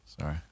Sorry